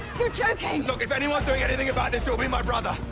you're joking! look, if anyone's doing anything about this, it'll be my brother.